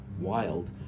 Wild